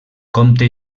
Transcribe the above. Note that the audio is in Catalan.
comte